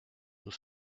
nous